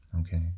okay